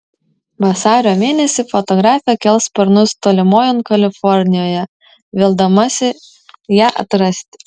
vasario mėnesį fotografė kels sparnus tolimojon kalifornijoje vildamasi ją atrasti